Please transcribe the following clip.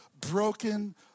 broken